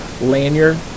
lanyard